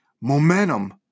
Momentum